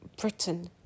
Britain